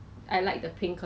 !huh!